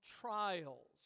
trials